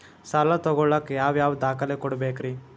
ಸಾಲ ತೊಗೋಳಾಕ್ ಯಾವ ಯಾವ ದಾಖಲೆ ಕೊಡಬೇಕ್ರಿ?